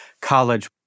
college